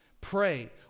Pray